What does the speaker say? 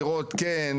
לראות כן,